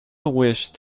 wished